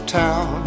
town